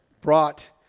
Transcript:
brought